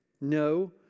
No